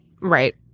Right